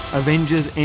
avengers